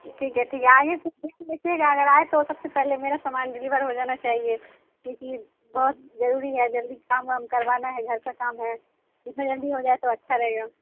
ٹھیک ہے ٹھیک ہے آگے سے رکھیے گا اگر آئے تو سب سے پہلے میرا سامان ڈلیور ہوجانا چاہیے کیوںکہ بہت ضروری ہے جلدی کام وام کروانا ہے گھر کا کام ہے جتنا جلدی ہوجائے تو اچھا رہے گا